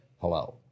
hello